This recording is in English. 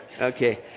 Okay